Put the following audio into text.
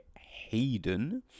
Hayden